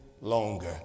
longer